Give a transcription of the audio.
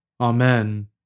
Amen